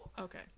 okay